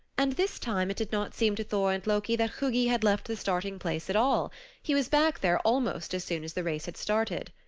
and this time it did not seem to thor and loki that hugi had left the starting place at all he was back there almost as soon as the race had started.